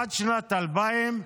עד שנת 2000,